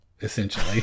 essentially